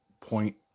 point